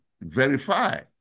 verify